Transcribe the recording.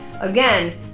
Again